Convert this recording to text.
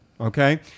okay